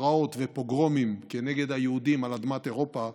פרעות ופוגרומים כנגד היהודים על אדמת אירופה,